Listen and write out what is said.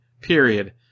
period